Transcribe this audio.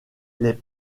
les